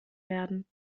werden